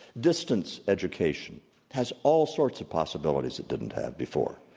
distance education has all sorts of possibilities it didn't have before.